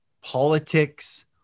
politics